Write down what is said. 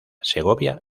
segovia